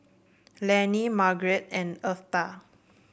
Lannie Margrett and Eartha